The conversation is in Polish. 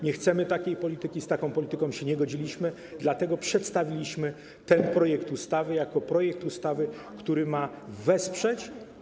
Nie chcemy takiej polityki, z taką polityką się nie godziliśmy, dlatego przedstawiliśmy ten projekt ustawy jako projekt, który ma wesprzeć.